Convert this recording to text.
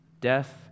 death